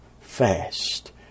fast